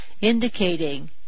indicating